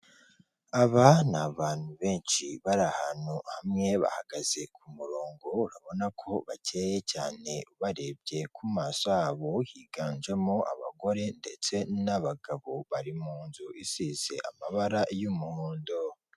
Aba ni abantu benshi bari ahantu hamwe, bahagaze ku murongo, urabona ko bakeye cyane ubarebye ku maso yabo, higanjemo abagore ndetse n'abagabo. Bari mu nzu isize amabara y'umuhondo.